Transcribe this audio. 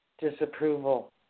Disapproval